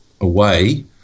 away